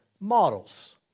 Models